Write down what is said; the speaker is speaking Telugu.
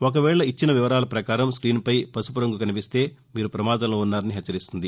ఒకవేళ ఇచ్చిన వివరాల పకారం స్క్మీన్పై పసుపు రంగు కనిపిస్తే మీరు ప్రమాదంలో ఉన్నారని హెచ్చరిస్తుంది